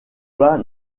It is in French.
pas